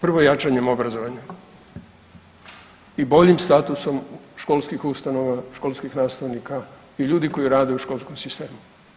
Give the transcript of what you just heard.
Prvo, jačanjem obrazovanja i boljim statusom školskih ustanova, školskih nastavnika i ljudi koji rade u školskom sistemu.